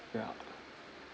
ya